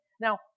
Now